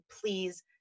please